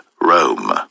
Rome